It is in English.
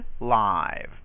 live